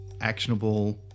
actionable